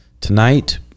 Tonight